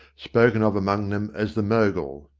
spoken of among them as the mogul.